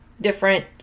different